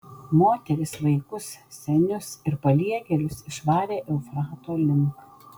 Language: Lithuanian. moteris vaikus senius ir paliegėlius išvarė eufrato link